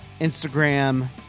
Instagram